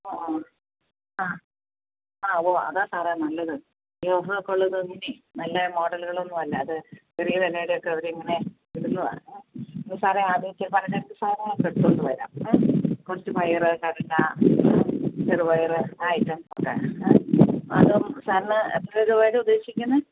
ഓ ഓ ആ ആ ഓ ഉവ്വ അതാണ് സാറെ നല്ലത് ഈ ഓഫറക്കെയുള്ളത് ഇങ്ങനെ നല്ല മോഡലുകളൊന്നും അല്ല അത് ചെറിയ വിലയുടെ ഒക്കെ അവർ ഇങ്ങനെ ഇടുന്നതാണ് അപ്പോൾ സാറെ ആലോചിച്ച് സാറിന് എന്ത് സാധനമാണ് വേണ്ടത് എടുത്തുകൊണ്ട് വരാം ഏ കൊച്ചുപയറ് കടല ചെറുപയറ് ആ ഐറ്റംസൊക്കെ ഏ സാറിന് എത്ര രൂപയുടെയാണ് ഉദ്ദേശിക്കുന്നത്